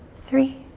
three,